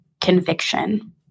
conviction